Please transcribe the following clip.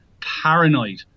paranoid